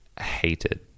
hated